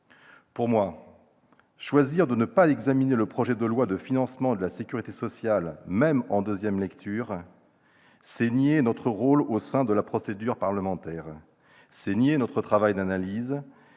Pour moi, choisir de ne pas examiner le projet de loi de financement de la sécurité sociale, même en nouvelle lecture, c'est nier notre rôle dans la procédure parlementaire. C'est nier notre travail d'analyse